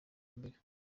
mbere